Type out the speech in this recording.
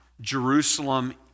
Jerusalem